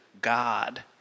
God